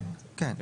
כן, כן.